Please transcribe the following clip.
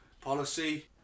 policy